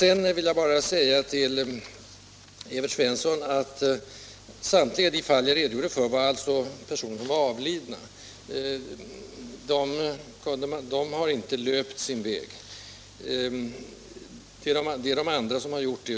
Sedan vill jag bara säga till Evert Svensson att samtliga de fall jag redogjorde för gällde personer som hade avlidit. De har inte löpt sin väg, utan det är de andra som har gjort det.